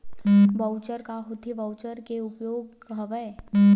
Voucher का होथे voucher के का उपयोग हवय?